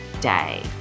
day